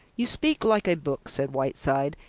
you speak like a book, said whiteside,